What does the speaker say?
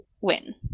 win